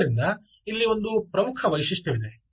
ಆದ್ದರಿಂದ ಅಲ್ಲಿ ಒಂದು ಪ್ರಮುಖ ವೈಶಿಷ್ಟ್ಯವಿದೆ